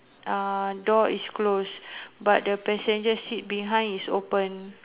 ah door is closed but the passenger seat behind is open